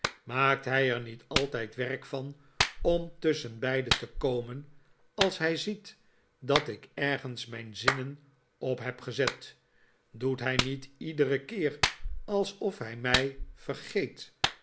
maakt hij er niet altijd werk van om tusschenbeide te komen als hij ziet dat ik ergens mijn zinnen op heb gezet doet hij niet iederen keer alsof hij mij vergeet